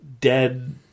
dead